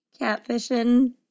Catfishing